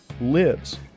lives